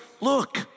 Look